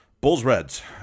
Bulls-Reds